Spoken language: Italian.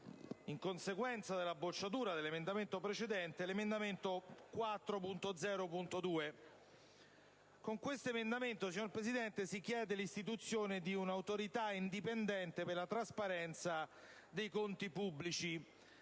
in conseguenza di tale bocciatura, richiama l'attenzione sull'emendamento 4.0.2. Con tale emendamento, signor Presidente, si chiede l'istituzione di un'autorità indipendente per la trasparenza dei conti pubblici.